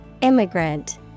Immigrant